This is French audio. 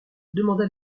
demanda